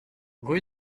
rue